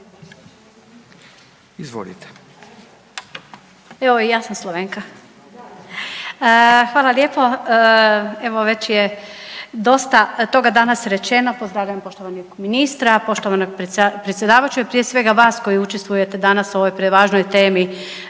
(SDP)** Evo i ja sam Slovenka. Hvala lijepo. Evo, već je dosta toga danas rečeno, pozdravljam poštovanog ministra, poštovanog predsjedavajućeg, prije svega, vas koji učestvujete danas u ovoj prevažnoj temi